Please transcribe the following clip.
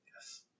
Yes